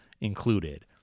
included